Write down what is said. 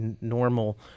normal